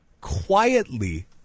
quietly